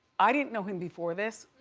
i didn't know him before this.